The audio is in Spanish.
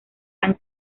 han